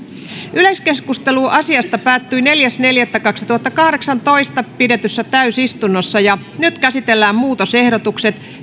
yleiskeskustelu asiasta päättyi neljäs neljättä kaksituhattakahdeksantoista pidetyssä täysistunnossa nyt käsitellään muutosehdotukset